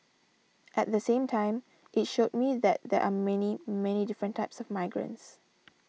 at the same time it showed me that there are many many different types of migrants